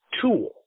tool